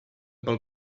pel